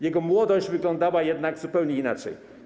Jego młodość wyglądała jednak zupełnie inaczej.